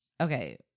Okay